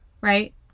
right